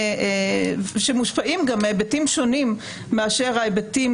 שמושפעים גם מהיבטים שונים מאשר ההיבטים